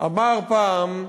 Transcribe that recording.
אמר פעם: